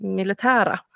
militära